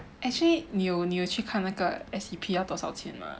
actually 你有你有去看那个 S_E_P 要多少钱吗